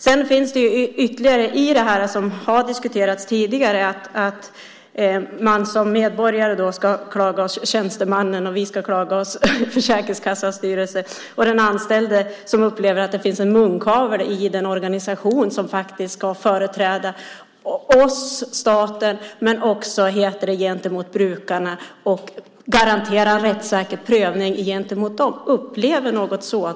Sedan finns också det som har diskuterats tidigare, att man som medborgare ska klaga hos tjänstemannen och vi ska klaga hos Försäkringskassans styrelse, och den anställde upplever att det finns en munkavle i den organisation som faktiskt ska företräda oss - staten - men också garantera rättssäker prövning gentemot brukarna.